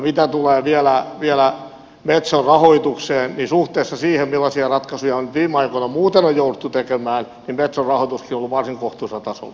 mitä tulee vielä metson rahoitukseen niin suhteessa siihen millaisia ratkaisuja viime aikoina muuten on jouduttu tekemään metson rahoituskin on ollut varsin kohtuullisella tasolla